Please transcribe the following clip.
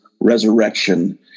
resurrection